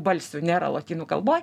balsių nėra lotynų kalboj